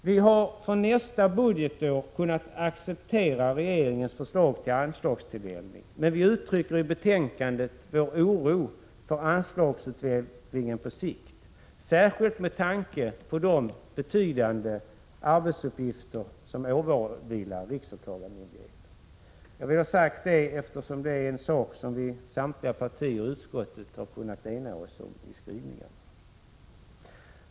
Vi har för nästa budgetår kunnat acceptera regeringens förslag till anslagstilldelning, men vi uttrycker vår oro för anslagsutvecklingen på sikt, särskilt med tanke på de betydande arbetsuppgifter som åvilar riksåklagarmyndigheten. Jag vill ha sagt detta, eftersom det är en sak som samtliga partier i utskottet har kunnat enas om i skrivningen.